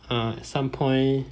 uh at some point